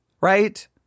right